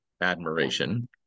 admiration